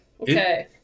okay